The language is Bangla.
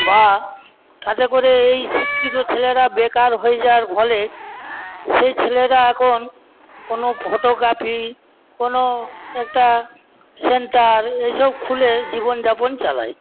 বা তাতে করে এই শিক্ষিত ছেলেরা বেকার হয়ে যাওয়ার ফলে সেই ছেলেরা এখন কোনো ফটোগ্রাফি কোনো একটা সেন্টার এইসব খুলে জীবন যাপন চালায়